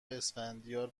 اسفندیار